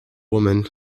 woman